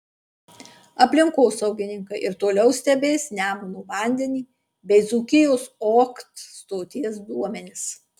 aplinkosaugininkai ir toliau stebės nemuno vandenį bei dzūkijos okt stoties duomenis